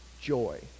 joy